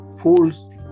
fools